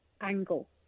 angle